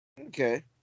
Okay